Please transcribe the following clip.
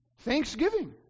Thanksgiving